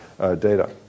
data